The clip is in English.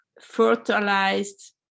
fertilized